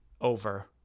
over